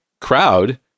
crowd